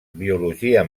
biologia